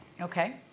Okay